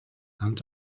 and